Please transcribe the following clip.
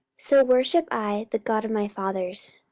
so worship i the god of my fathers,